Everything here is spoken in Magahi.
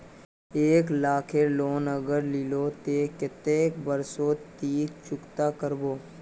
एक लाख केर लोन अगर लिलो ते कतेक कै बरश सोत ती चुकता करबो?